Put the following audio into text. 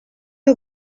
you